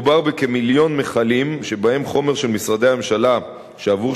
מדובר בכמיליון מכלים שבהם חומר של משרדי הממשלה שבעבור